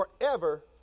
forever